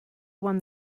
won